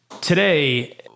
today